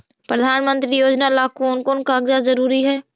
प्रधानमंत्री योजना ला कोन कोन कागजात जरूरी है?